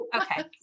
Okay